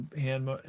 hand